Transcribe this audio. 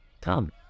Come